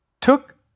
took